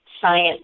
science